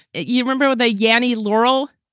you remember with a yanni laurel.